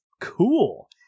cool